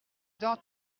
dans